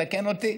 תקן אותי.